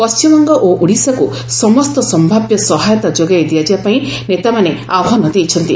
ପଣ୍ଢିମବଙ୍ଗ ଓ ଓଡ଼ିଶାକୁ ସମସ୍ତ ସମ୍ଭାବ୍ୟ ସହାୟତା ଯୋଗାଇ ଦିଆଯିବା ପାଇଁ ନେତାମାନେ ଆହ୍ବାନ ଦେଇଛନ୍ତି